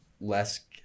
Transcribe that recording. less